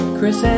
Chris